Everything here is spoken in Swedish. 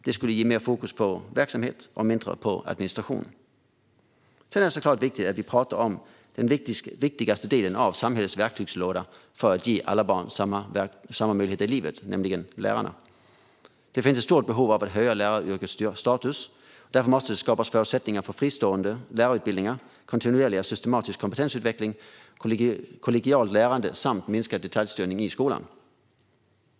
Det skulle ge mer fokus på verksamhet och mindre på administration. Det är såklart också viktigt att vi talar om den viktigaste delen av samhällets verktygslåda för att ge alla barn samma möjligheter i livet, nämligen lärarna. Det finns ett stort behov av att höja läraryrkets status. Därför måste det skapas förutsättningar för fristående lärarutbildningar, kontinuerlig och systematisk kompetensutveckling, kollegialt lärande samt minskad detaljstyrning i skolan.